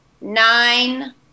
nine